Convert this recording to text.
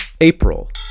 April